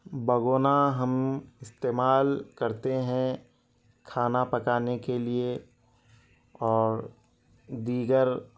بَھگَونا ہم استعمال کرتے ہیں کھانا پکانے کے لیے اوردیگرَ